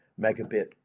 megabit